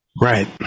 right